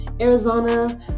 Arizona